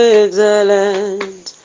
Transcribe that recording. excellent